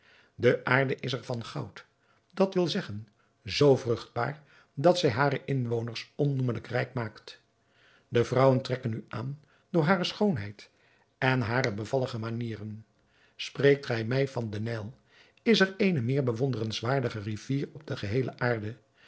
de aarde is er van goud dat wil zeggen zoo vruchtbaar dat zij hare inwoners onnoemelijk rijk maakt de vrouwen trekken u aan door hare schoonheid en hare bevallige manieren spreekt gij mij van den nijl is er eene meer bewonderenswaardige rivier op geheel de aarde